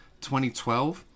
2012